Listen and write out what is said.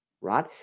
right